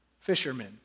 fishermen